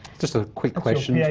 just a quick question yeah